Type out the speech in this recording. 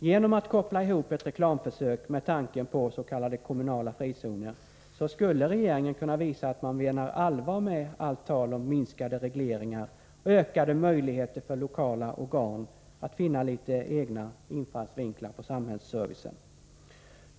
Genom att koppla ihop ett reklamförsök med tanken på s.k. kommunala frizoner skulle regeringen kunna visa att man menar allvar med allt tal om minskade regleringar och ökade möjligheter för lokala organ att finna litet egna infallsvinklar på samhällsservicen.